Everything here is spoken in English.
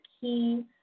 key